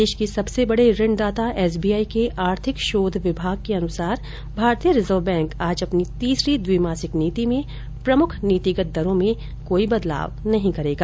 देश के सबसे बडे ऋणदाता एसबीआई के आर्थिक शोध विभाग के अनुसार भारतीय रिजर्व बैंक आज अपनी तीसरी द्विमासिक नीति में प्रमुख नीतिगत दरों में कोई बदलाव नहीं करेगा